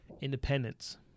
independence